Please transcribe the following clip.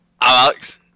Alex